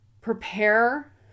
prepare